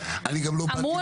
אל תדאגו,